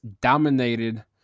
dominated